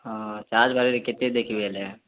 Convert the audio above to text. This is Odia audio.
ହଁ ଚାଷ୍ ବାଡ଼ି କେତେ ଦେଖ୍ବୁ ବେଲେ